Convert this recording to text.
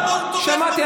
שמעתי.